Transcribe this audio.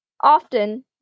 often